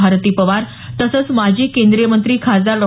भारती पवार तसंच माजी केंद्रीय मंत्री खासदार डॉ